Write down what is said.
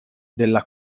della